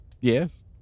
Yes